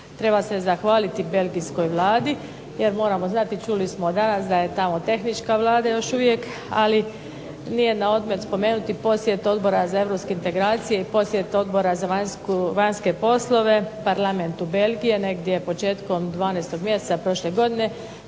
Treba se zahvaliti Belgijskoj vladi jer moram znati čuli smo danas da je tamo tehnička vlada još uvijek, ali nije na odmet spomenuti posjet Odbora za europske integracije i posjeti Odbora za vanjske poslove, Parlamentu Belgije, negdje početkom 12. mjeseca prošle godine,